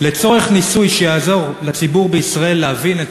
"לצורך ניסוי שיעזור לציבור בישראל להבין את